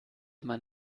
man